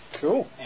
Cool